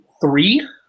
Three